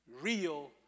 real